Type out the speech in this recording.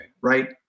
Right